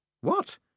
What